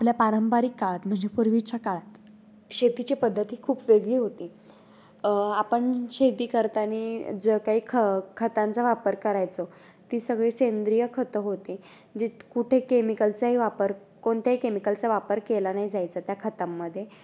आपल्या पारंपारिक काळात म्हणजे पूर्वीच्या काळात शेतीची पद्धती खूप वेगळी होती आपण शेती करताना जर काही ख खतांचा वापर करायचो ती सगळी सेंद्रिय खतं होती जी कुठे केमिकलचाही वापर कोणत्याही केमिकलचा वापर केला नाही जायचा त्या खतांमध्ये